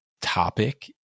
topic